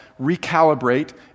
recalibrate